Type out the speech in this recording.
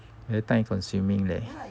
time consuming leh